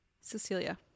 Cecilia